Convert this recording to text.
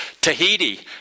Tahiti